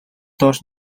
доош